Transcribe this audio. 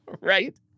Right